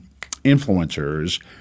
influencers